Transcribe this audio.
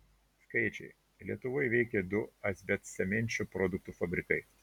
skaičiai lietuvoje veikė du asbestcemenčio produktų fabrikai